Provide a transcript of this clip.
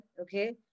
okay